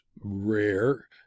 rare